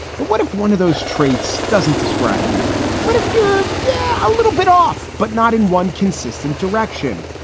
but what if one of those traits doesn't describe you? what if you're yeah a little bit off but not in one consistent direction?